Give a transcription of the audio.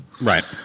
right